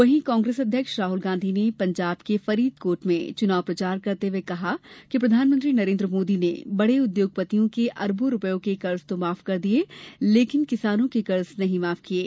वहीं कांग्रेस अध्यक्ष राहुल गांधी ने पंजाब के फरीदकोट में चुनाव प्रचार करते हुए कहा कि प्रधानमंत्री नरेन्द्र मोदी ने बडे उद्योगपतियों के अरबों रूपये के कर्ज तो माफ कर दिया लेकिन किसानों के कर्ज नहीं माफ किये